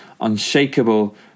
unshakable